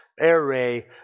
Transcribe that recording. array